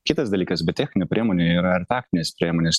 kitas dalykas be techninių priemonių yra ir taktinės priemonės